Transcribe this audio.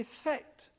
effect